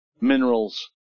minerals